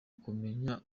kumenya